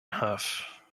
huff